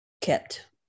kept